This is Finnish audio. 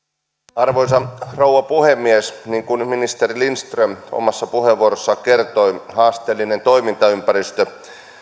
arvoisa rouva puhemies niin kuin ministeri lindström omassa puheenvuorossaan kertoi haasteellinen toimintaympäristö